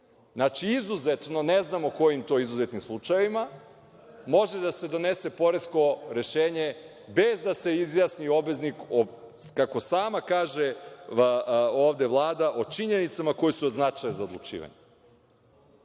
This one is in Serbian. Znači, izuzetno, ne znamo u kojim to izuzetnim slučajevima može da se donese poresko rešenje bez da se izjasni obveznik o, kako sama kaže ovde Vlada, činjenicama koje su značajne za odlučivanje. Potpuna